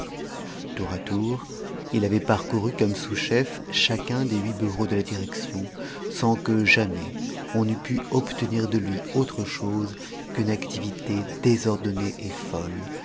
tour à tour il avait parcouru comme sous-chef chacun des huit bureaux de la direction sans que jamais on eût pu obtenir de lui autre chose qu'une activité désordonnée et folle